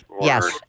Yes